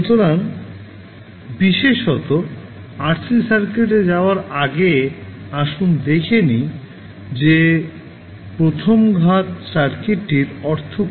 সুতরাং বিশেষত RC সার্কিটে যাওয়ার আগে আসুন দেখে নেই যে প্রথম ঘাত সার্কিটটির অর্থ কী